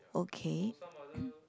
okay